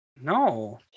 No